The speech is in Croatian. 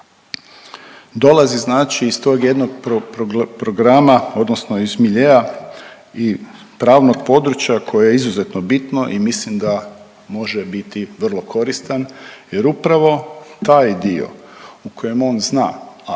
Dolazi znači iz tog jednog pro… programa odnosno iz miljea i pravnog područja koje je izuzetno bitno i mislim da može biti vrlo koristan jer upravo taj dio u kojem on zna,